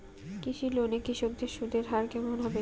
কৃষি লোন এ কৃষকদের সুদের হার কেমন হবে?